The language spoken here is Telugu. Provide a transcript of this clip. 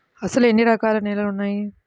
అసలు ఎన్ని రకాల నేలలు వున్నాయి?